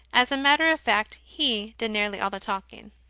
as a matter of fact, he did nearly all the talking.